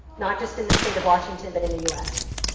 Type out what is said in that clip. not just in the state of washington but in the us.